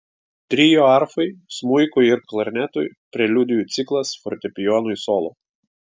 trio arfai smuikui ir klarnetui preliudijų ciklas fortepijonui solo